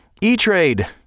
E-Trade